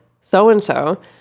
so-and-so